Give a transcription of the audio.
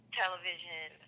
television